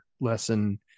lesson